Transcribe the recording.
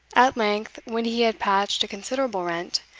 at length, when he had patched a considerable rent,